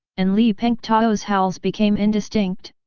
and li pengtao's howls became indistinct,